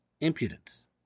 impudence